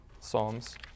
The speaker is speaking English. psalms